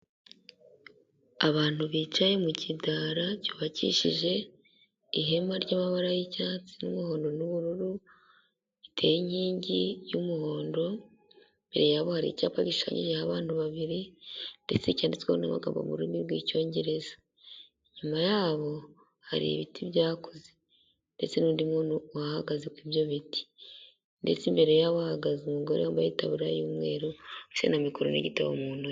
Abantu bicaye mu kidara cyubakishije ihema ry'amabara y'icyatsi n'umuhondo n'ubururu, giteye inkingi y'umuhondo. Imbere yabo hari icyapa gishushanyijeho abantu babiri, ndetse cyanditsweho n'amagambo mu rurimi rw'Icyongereza. Inyuma yabo hari ibiti byakuze; ndetse n'undi muntu uhahagaze kuri ibyo biti. Ndetse imbere yabo hahagaze umugore wambaye itaburiya y'umweru ndetse na mikoro n'igitabo mu ntoki.